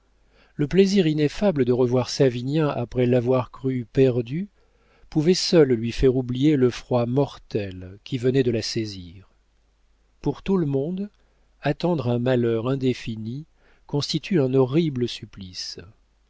le plaisir ineffable de revoir savinien après l'avoir cru perdu pouvait seul lui faire oublier le froid mortel qui venait de la saisir pour tout le monde attendre un malheur indéfini constitue un horrible supplice